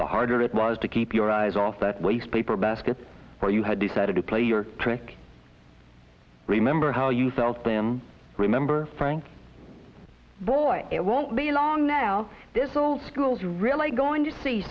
the harder it was to keep your eyes off that waste paper basket where you had decided to play your trick remember how you felt them remember frank boy it won't be long now this is all schools really going to see